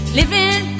living